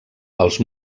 els